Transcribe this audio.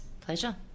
Pleasure